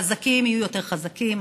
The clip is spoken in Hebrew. החזקים יהיו יותר חזקים,